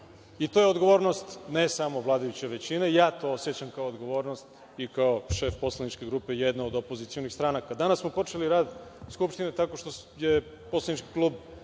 To je odgovornost, ne samo vladajuće većine. Ja to osećam kao odgovornost i kao šef poslaničke grupe jedne od opozicionih stranaka. Danas smo počeli rad Skupštine tako što je poslanički klub